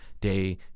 day